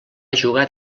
jugar